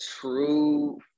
true